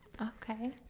Okay